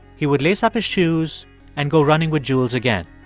he would lace up his shoes and go running with jules again.